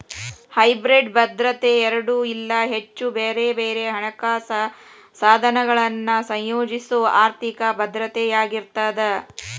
hybrid ಭದ್ರತೆ ಎರಡ ಇಲ್ಲಾ ಹೆಚ್ಚ ಬ್ಯಾರೆ ಬ್ಯಾರೆ ಹಣಕಾಸ ಸಾಧನಗಳನ್ನ ಸಂಯೋಜಿಸೊ ಆರ್ಥಿಕ ಭದ್ರತೆಯಾಗಿರ್ತದ